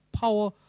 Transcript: power